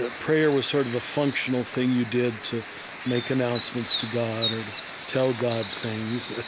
ah prayer was sort of a functional thing you did to make announcements to god or tell god things,